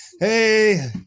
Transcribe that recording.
Hey